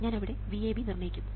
ഞാൻ അവിടെ VAB നിർണ്ണയിക്കും